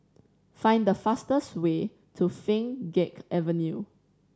find the fastest way to Pheng Geck Avenue